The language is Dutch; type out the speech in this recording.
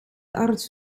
arts